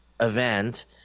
event